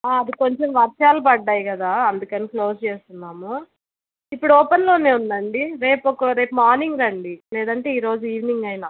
అది కొంచెం వర్షాలు పడ్డాయి కదా అందుకని క్లోజ్ చేస్తున్నాము ఇప్పుడు ఓపెన్లో ఉందండి రేపు ఒక రేపు మార్నింగ్ రండి లేదంటే ఈరోజు ఈవెనింగ్ అయిన